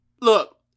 look